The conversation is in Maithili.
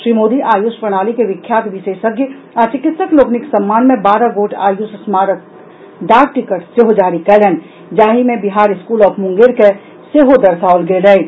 श्री मोदी आयुष प्रणाली के विख्यात विशेषज्ञ आ चिकित्सक लोकनिक सम्मान मे बारह गोट आयुष स्मारक डाक टिकट सेहो जारी कयलनि जाहि मे बिहार स्कूल ऑफ मुंगेर के सेहो दर्शाओल गेल अछि